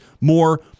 more